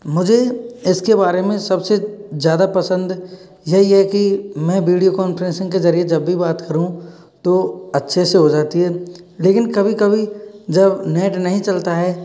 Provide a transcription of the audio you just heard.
मुझे इसके बारे में सबसे ज़्यादा पसंद यही है कि मैं वीडियो कॉन्फ्रेंसिंग के जरिए जब भी बात करूँ तो अच्छे से हो जाती है लेकिन कभी कभी जब नेट नहीं चलता है